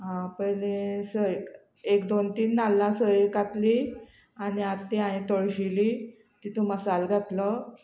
पयली सोय एक दोन तीन नाल्लां सोय कातली आनी आतां ती हांयेन तळशिल्ली तितूंत मसालो घातलो